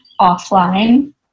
offline